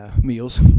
meals